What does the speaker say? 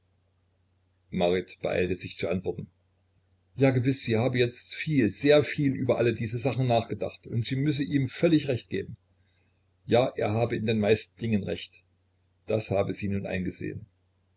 marit beeilte sich zu antworten ja gewiß sie habe jetzt viel sehr viel über alle diese sachen nachgedacht und sie müsse ihm völlig recht geben ja er habe in den meisten dingen recht das habe sie nun eingesehen